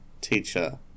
teacher